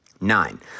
Nine